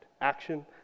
Action